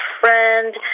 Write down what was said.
friend